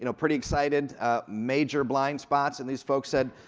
you know pretty excited, major blind spots, and these folks said,